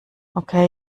okay